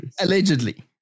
allegedly